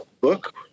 book